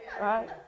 right